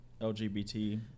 LGBT